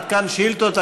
עד כאן שאילתות.